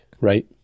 Right